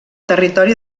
territori